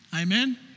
Amen